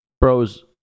Bros